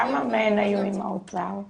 כמה מהן היו עם האוצר?